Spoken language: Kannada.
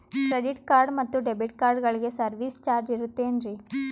ಕ್ರೆಡಿಟ್ ಕಾರ್ಡ್ ಮತ್ತು ಡೆಬಿಟ್ ಕಾರ್ಡಗಳಿಗೆ ಸರ್ವಿಸ್ ಚಾರ್ಜ್ ಇರುತೇನ್ರಿ?